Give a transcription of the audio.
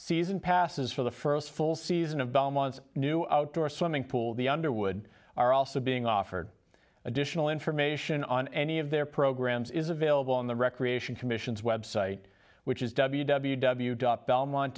season passes for the first full season of belmont's new outdoor swimming pool the underwood are also being offered additional information on any of their programs is available on the recreation commission's website which is w w w dot belmont